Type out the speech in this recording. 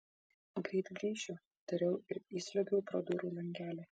greit grįšiu tariau ir įsliuogiau pro durų langelį